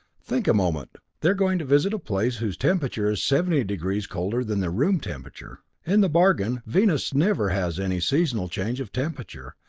think a moment they are going to visit a place whose temperature is seventy degrees colder than their room temperature. in the bargain, venus never has any seasonal change of temperature,